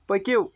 پٔکِو